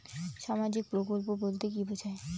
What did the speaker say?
সামাজিক প্রকল্প বলতে কি বোঝায়?